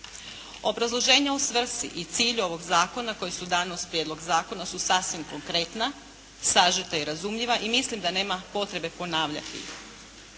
Obrazloženje o svrsi i cilj ovoga zakona, koje su dane uz prijedlog zakona su sasvim konkretna, sažete i razumljiva i mislim da nema potrebe ponavljati.